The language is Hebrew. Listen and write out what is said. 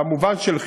במובן של חינוך,